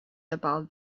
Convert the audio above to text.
about